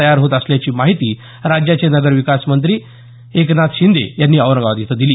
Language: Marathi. तयार होत असल्याची माहिती राज्याचे नगरविकास मंत्री एकनाथ शिंदे यांनी औरंगाबाद इथं दिली